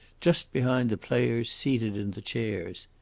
just behind the players seated in the chairs.